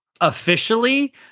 officially